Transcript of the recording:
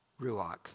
ruach